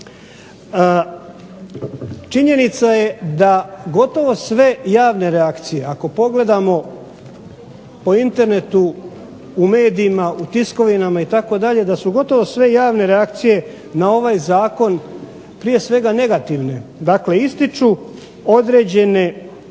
Činjenica je da gotovo sve javne reakcije ako pogledamo, po Internetu u medijima, u tiskovinama, da su gotovo sve javne reakcije na ovaj Zakon prije svega negativne dakle ističu određene